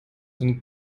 den